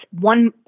one